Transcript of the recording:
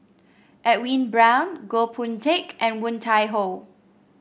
Edwin Brown Goh Boon Teck and Woon Tai Ho